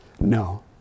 No